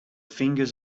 fingers